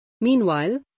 Meanwhile